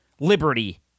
Liberty